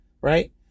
right